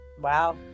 Wow